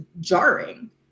jarring